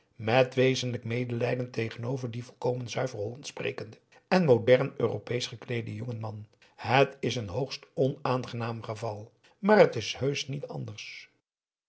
met wezenlijk medelijden tegenover dien volkomen zuiver hollandsch sprekenden en modern europeesch gekleeden jongen man het is een hoogst onaangenaam geval maar het is heusch niet anders